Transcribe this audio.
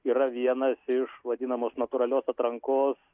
yra vienas iš vadinamos natūralios atrankos